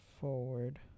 forward